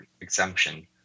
exemption